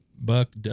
Buck